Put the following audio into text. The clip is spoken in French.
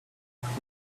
appris